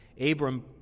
Abram